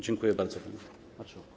Dziękuję bardzo, panie marszałku.